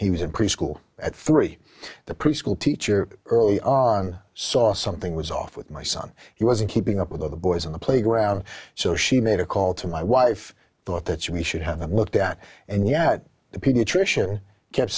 he was in preschool at three the preschool teacher early on saw something was off with my son he wasn't keeping up with all the boys on the playground so she made a call to my wife thought that's me should have looked at and yet the pediatrician kept